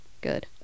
Good